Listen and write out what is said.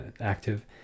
active